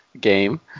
game